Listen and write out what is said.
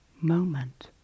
moment